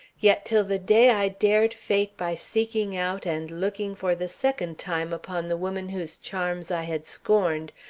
yet till the day i dared fate by seeking out and looking for the second time upon the woman whose charms i had scorned,